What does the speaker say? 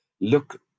Look